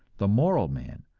the moral man,